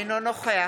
אינו נוכח